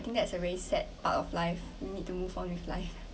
I think that's a really sad part of life we need to move on with life